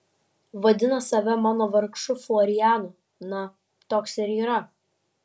vadina save mano vargšu florianu na toks ir yra